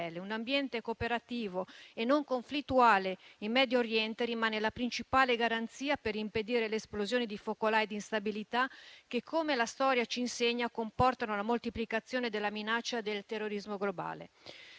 Un ambiente cooperativo e non conflittuale in Medio Oriente rimane la principale garanzia per impedire le esplosioni di focolai di instabilità che - come la storia ci insegna - comportano la moltiplicazione della minaccia del terrorismo globale.